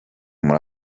muri